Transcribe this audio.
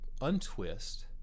untwist